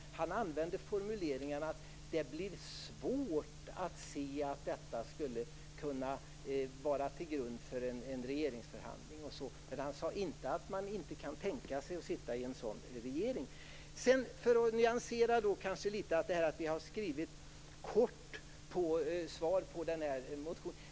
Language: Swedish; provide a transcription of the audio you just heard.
Han använde formuleringen: Det blir svårt att se att detta skulle kunna ligga till grund för en regeringsförhandling. Men han sade inte att man inte kan tänka sig att sitta i en sådan regering. Jag vill sedan litet grand nyansera det här med att vi har skrivit ett kort svar på motionen.